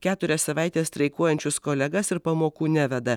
keturias savaites streikuojančius kolegas ir pamokų neveda